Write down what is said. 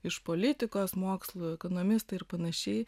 iš politikos mokslų ekonomistai ir panašiai